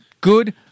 good